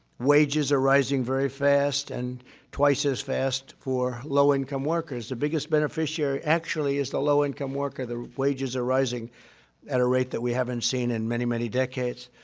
wages are rising very fast, and twice as fast for low-income workers. the biggest beneficiary, actually, is the low-income worker. their wages are rising at a rate that we haven't seen in many, many decades.